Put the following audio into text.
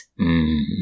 -hmm